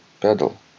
pedal